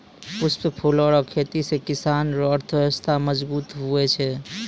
पुष्प फूलो रो खेती से किसान रो अर्थव्यबस्था मजगुत हुवै छै